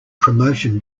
promotion